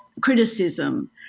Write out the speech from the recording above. criticism